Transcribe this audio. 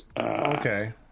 Okay